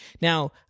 Now